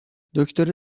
دکتره